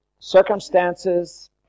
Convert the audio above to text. Circumstances